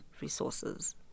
resources